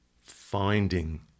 finding